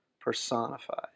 personified